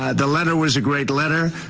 ah the letter was a great letter,